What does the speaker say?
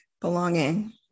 Belonging